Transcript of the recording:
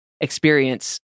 experience